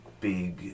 big